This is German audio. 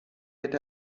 wird